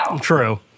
True